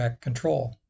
control